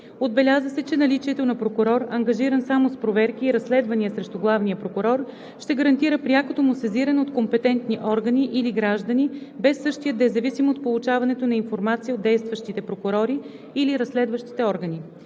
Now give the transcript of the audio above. Отбеляза се, че наличието на прокурор, ангажиран само с проверки и разследвания срещу главния прокурор, ще гарантира прякото му сезиране от компетентни органи или граждани без същият да е зависим от получаването на информация от действащите прокурори или разследващи органи.